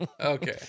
Okay